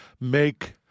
Make